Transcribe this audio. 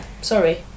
sorry